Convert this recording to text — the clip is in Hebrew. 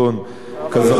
כזכור לך.